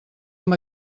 amb